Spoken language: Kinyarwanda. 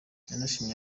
yanashimye